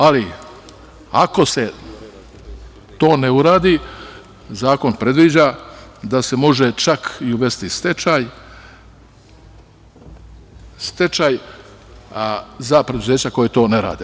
Ali, ako se to ne uradi zakon predviđa da se može čak i uvesti stečaj za preduzeća koja to ne rade.